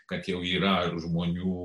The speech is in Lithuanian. kad jau yra žmonių